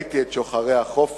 ראיתי את שוחרי החופש,